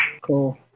cool